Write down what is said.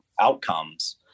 outcomes